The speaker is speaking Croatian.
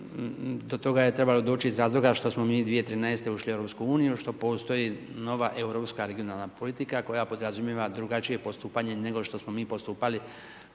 do toga je trebalo doći iz razloga što smo mi 2013. ušli u EU, što postoji nova europska regionalna politika koja podrazumijeva drugačije postupanje nego što smo mi postupali